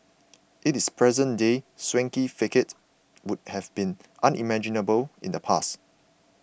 its present day swanky facade would have been unimaginable in the past